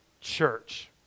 church